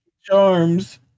Charms